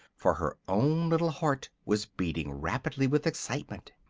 for her own little heart was beating rapidly with excitement.